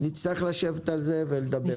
נצטרך לשבת על זה ולדבר.